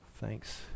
Thanks